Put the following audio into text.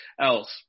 else